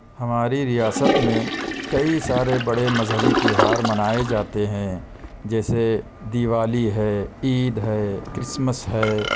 ہماری ریاست میں کئی سارے بڑے مذہبی تہوار منائے جاتے ہیں جیسے دیوالی ہے عید ہے کرسمس ہے